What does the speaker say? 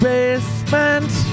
Basement